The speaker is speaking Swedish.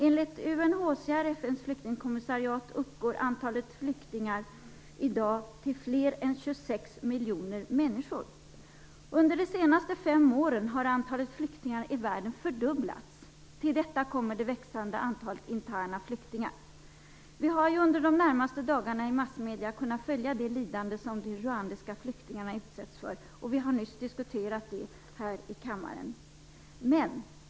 Enligt UNHCR, FN:s flyktingkommissariat, uppgår antalet flyktingar i dag till fler än 26 miljoner. Under de senaste fem åren har antalet flyktingar i världen fördubblats. Till detta kommer det växande antalet interna flyktingar. Vi har under de närmaste dagarna i massmedierna kunnat följa det lidande som de rwandiska flyktingarna utsätts för, och vi har nyss diskuterat det här i kammaren.